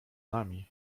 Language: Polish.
nami